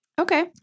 Okay